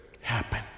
happen